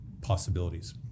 possibilities